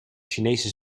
chinese